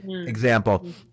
example